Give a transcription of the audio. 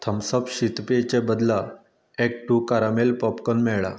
Thums Up शीतपेयाचे बदला Act two caramel popcorn मेळ्ळा